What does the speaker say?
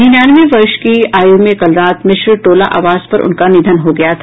निन्यानवे वर्ष की आयु में कल रात मिश्र टोला आवास पर उनका निधन हो गया था